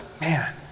Man